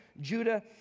Judah